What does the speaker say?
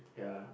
ya